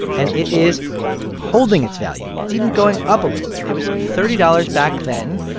and it is holding its value. it's even going up a little bit. it was thirty dollars back then.